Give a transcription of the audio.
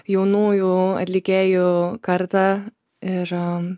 jaunųjų atlikėjų kartą